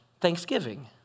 Thanksgiving